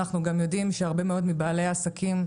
אנחנו גם יודעים שבהרבה מאוד מבעלי העסקים,